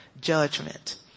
judgment